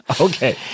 Okay